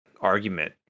argument